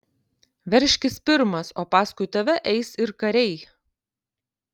veržkis pirmas o paskui tave eis ir kariai